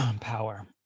power